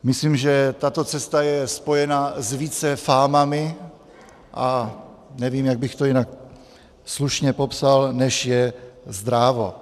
Myslím, že tato cesta je spojena s více fámami, a nevím, jak bych to jinak slušně popsal, než je zdrávo.